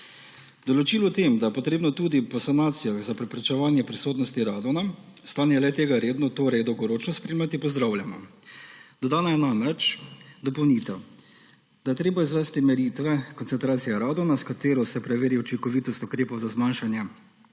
Določilo o tem, da je treba tudi po sanacijah za preprečevanje prisotnosti radona stanje le-tega redno, torej dolgoročno spremljati, pozdravljamo. Dodana je namreč dopolnitev, da je treba izvesti meritve koncentracije radona, s katero se preveri učinkovitost ukrepov za zmanjšanje